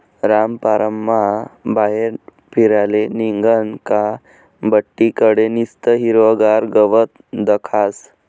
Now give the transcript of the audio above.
रामपाररमा बाहेर फिराले निंघनं का बठ्ठी कडे निस्तं हिरवंगार गवत दखास